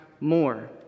more